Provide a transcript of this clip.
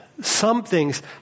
Something's